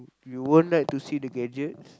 you won't like to see the gadgets